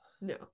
no